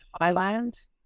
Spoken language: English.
Thailand